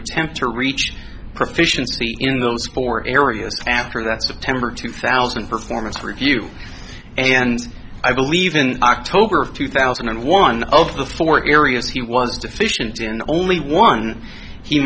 attempt to reach proficiency in those core areas after that september two thousand performance review and i believe in october of two thousand and one of the four areas he was deficient in only one he